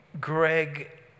Greg